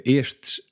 estes